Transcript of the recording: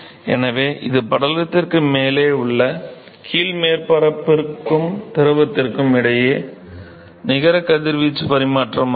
எனவே இது படலத்திற்கு மேலே உள்ள கீழ் மேற்பரப்புக்கும் திரவத்திற்கும் இடையிலான நிகர கதிர்வீச்சு பரிமாற்றமாகும்